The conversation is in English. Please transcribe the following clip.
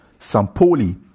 Sampoli